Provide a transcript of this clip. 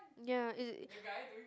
ya it's it